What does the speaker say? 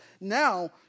now